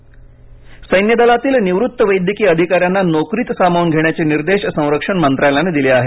निवृत्त सैनिक सैन्य दलातील निवृत्त वैद्यकीयअधिका यांना नोकरीत सामावून घेण्याचे निर्देश संरक्षण मंत्रालयाने दिले आहेत